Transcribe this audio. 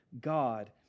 God